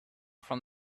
from